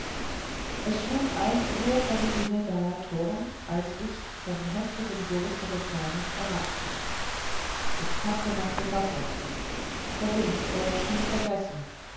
es schlug ein uhr vom jünnedaer turm als ich von heftigem durste gepeinigt erwachte ich tappte nach dem wasserkrug verwünscht er schien vergessen